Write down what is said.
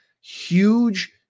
Huge